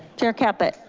chair caput.